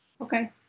Okay